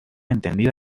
entendida